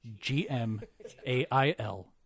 G-M-A-I-L